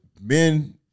men